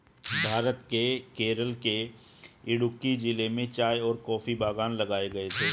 भारत के केरल के इडुक्की जिले में चाय और कॉफी बागान लगाए गए थे